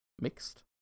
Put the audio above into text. mixed